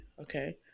okay